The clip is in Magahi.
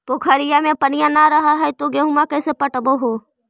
पोखरिया मे पनिया न रह है तो गेहुमा कैसे पटअब हो?